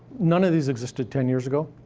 none of these existed ten years ago.